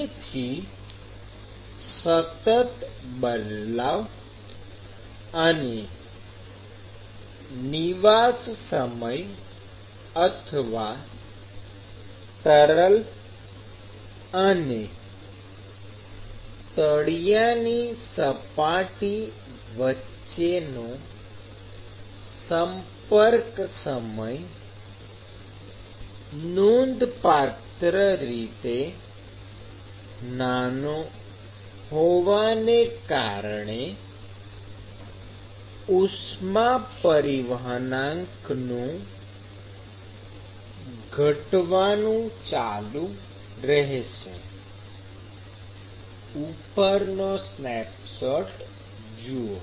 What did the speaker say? તેથી સતત બદલાવ અને નિવાસ સમય અથવા તરલ અને તળિયાની સપાટી વચ્ચેનો સંપર્ક સમય નોંધપાત્ર રીતે નાનો હોવાને કારણે ઉષ્મા પરિવહનાંક નું ઘટવાનું ચાલુ રેહશે ઉપરનો સ્નેપશોટ જુઓ